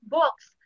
books